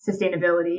sustainability